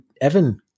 Evan